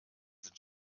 sind